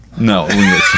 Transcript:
No